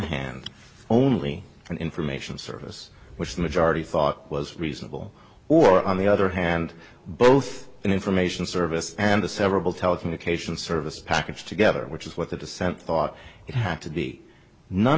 hand only an information service which the majority thought was reasonable or on the other hand both information service and the several telecommunications services packaged together which is what the dissent thought it had to be none